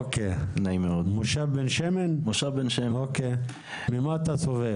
ממה אתה סובל?